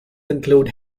include